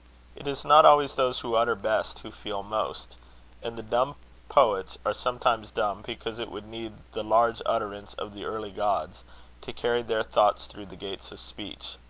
it is not always those who utter best who feel most and the dumb poets are sometimes dumb because it would need the large utterance of the early gods to carry their thoughts through the gates of speech.